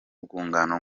urwungano